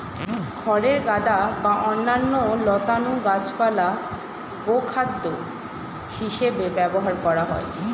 খড়ের গাদা বা অন্যান্য লতানো গাছপালা গোখাদ্য হিসেবে ব্যবহার করা হয়